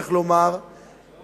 צריך לומר,